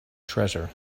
treasure